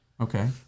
Okay